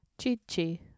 Chi-chi